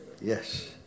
Yes